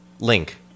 Link